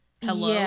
hello